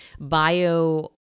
bio